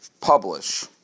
publish